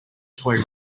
toy